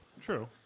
True